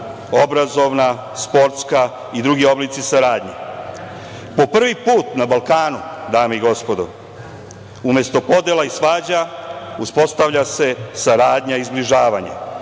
obrazovni, sportski i drugi oblici saradnje. Po prvi put na Balkanu dame i gospodo, umesto podela i svađa uspostavlja se saradnja i zbližavanje.